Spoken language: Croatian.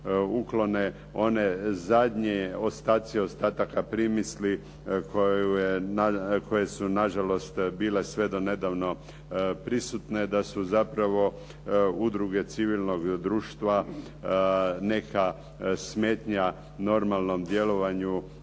uklone oni zadnji ostaci ostataka primisli koje su nažalost bile sve do nedavno prisutne, da su zapravo udruge civilnog društva neka smetnja normalnom djelovanju